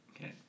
Okay